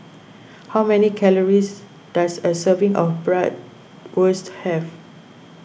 how many calories does a serving of Bratwurst have